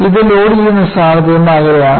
ഇത് ലോഡുചെയ്യുന്ന സ്ഥാനത്ത് നിന്ന് അകലെയാണ്